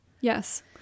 Yes